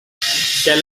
shall